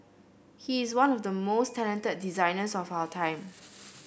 he is one of the most talented designers of our time